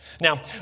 Now